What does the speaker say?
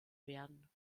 werden